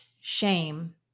shame